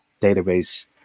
database